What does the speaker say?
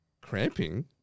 cramping